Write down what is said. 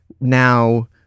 now